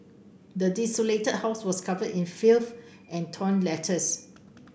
the desolated house was covered in filth and torn letters